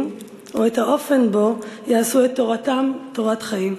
או את האופן שבו יעשו את תורתם תורת חיים.